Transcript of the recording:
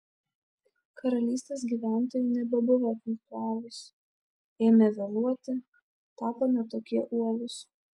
karalystės gyventojai nebebuvo punktualūs ėmė vėluoti tapo ne tokie uolūs